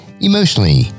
emotionally